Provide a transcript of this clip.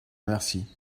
merci